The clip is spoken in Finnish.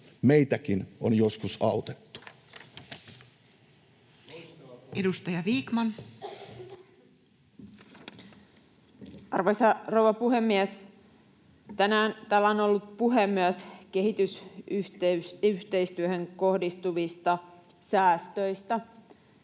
selonteko Time: 18:33 Content: Arvoisa rouva puhemies! Tänään täällä on ollut puhe myös kehitysyhteistyöhön kohdistuvista säästöistä.